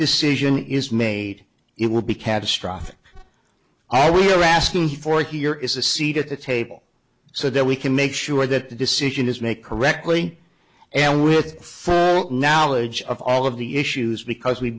decision is made it would be catastrophic all we're asking for here is a seat at the table so that we can make sure that the decision is made correctly and with knowledge of all of the issues because we